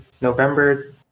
November